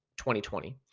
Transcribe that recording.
2020